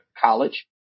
college